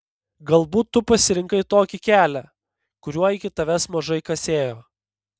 galbūt tu pasirinkai tokį kelią kuriuo iki tavęs mažai kas ėjo